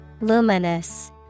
Luminous